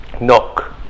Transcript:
knock